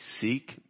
seek